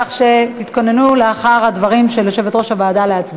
כך שתתכוננו להצבעה לאחר הדברים של יושבת-ראש הוועדה.